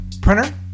Printer